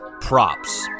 props